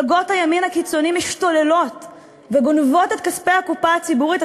מפלגות הימין הקיצוני משתוללות וגונבות את כספי הקופה הציבורית,